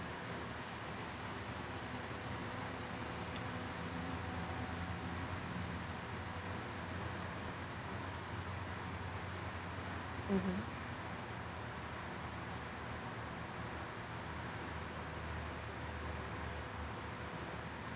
mmhmm